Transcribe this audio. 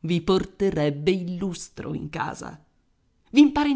i porterebbe il lustro in casa